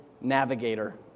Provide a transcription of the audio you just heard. Navigator